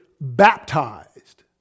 baptized